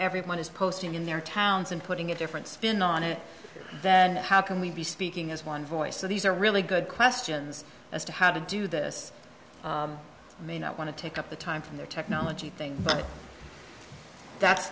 everyone is posting in their towns and putting a different spin on it how can we be speaking as one voice to these are really good questions as to how to do this may not want to take up the time from their technology thing but that's